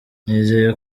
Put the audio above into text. nizeye